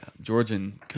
Georgian